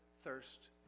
thirst